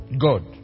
God